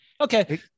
okay